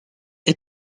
est